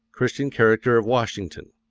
christian character of washington.